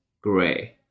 gray